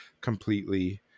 completely